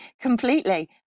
completely